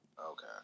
Okay